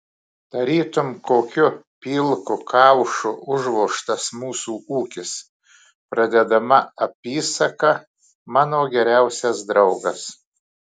tarytum kokiu pilku kaušu užvožtas mūsų ūkis pradedama apysaka mano geriausias draugas